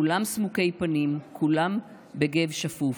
/ כולם סמוקי פנים, / כולם, בגו שפוף,